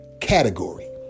category